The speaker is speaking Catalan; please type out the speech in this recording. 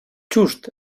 just